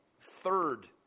third